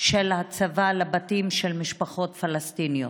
של הצבא לבתים של משפחות פלסטיניות.